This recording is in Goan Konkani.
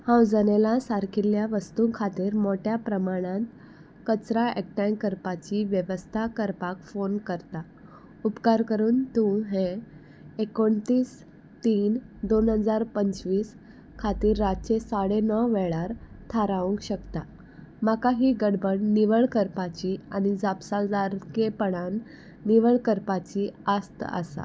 हांव जनेलां सारकिल्ल्या वस्तूं खातीर मोट्या प्रमाणान कचरो एकठांय करपाची वेवस्था करपाक फोन करतां उपकार करून तूं हें एकुणतीस तीन दोन हजार पंचवीस खातीर रातचे साडे णव वेळार थारावंक शकता म्हाका ही गडबड निवळ करपाची आनी जापसालदारकेपणान निवळ करपाची आस्त आसा